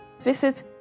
visit